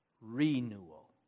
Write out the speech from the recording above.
Renewal